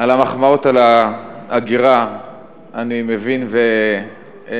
את המחמאות על ההגירה אני מבין ומצטרף.